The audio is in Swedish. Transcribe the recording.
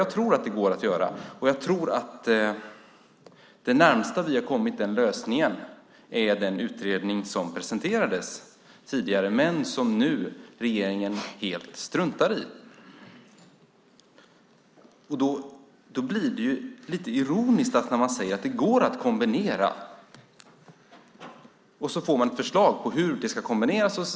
Jag tror att det närmaste vi har kommit den lösningen är den utredning som presenterades tidigare men som regeringen nu helt struntar i. Det blir lite ironiskt när man säger att det går att kombinera. Det kommer förslag på hur det ska kombineras.